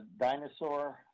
dinosaur